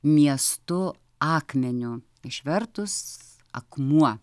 miestu akmeniu išvertus akmuo